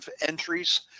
entries